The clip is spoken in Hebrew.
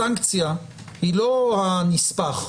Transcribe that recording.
הסנקציה היא לא הנספח,